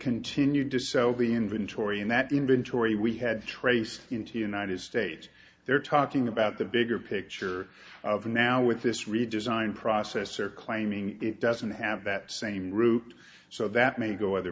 continued to sell the inventory and that inventory we had traced into the united states they're talking about the bigger picture of now with this redesign process they're claiming it doesn't have that same route so that may go other